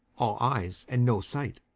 all eyes and no sight.